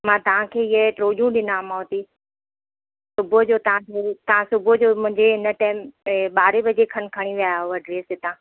मां तव्हांखे इहो टियों ॾींह ॾिनोमांव थी सुबुह जो तव्हांखे तव्हां सुबुह जो मुंहिंजे हिन टेम ॿारे बजे खनि खणी विया उहा ड्रेस हितां